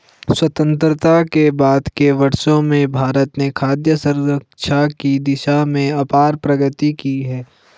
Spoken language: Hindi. स्वतंत्रता के बाद के वर्षों में भारत ने खाद्य सुरक्षा की दिशा में अपार प्रगति की है